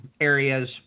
areas